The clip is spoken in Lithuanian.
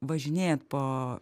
važinėjat po